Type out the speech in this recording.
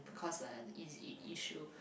cause like an i~ issue